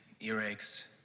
earaches